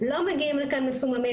לא מגיעים לכאן מסוממים,